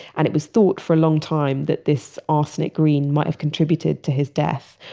and it was thought for a long time that this arsenic green might have contributed to his death,